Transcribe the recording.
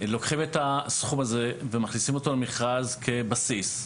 לוקחים את הסכום הזה ומכניסים אותו למכרז כבסיס.